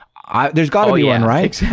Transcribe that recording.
ah there's got to be one, right?